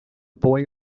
boy